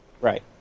Right